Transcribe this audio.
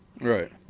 right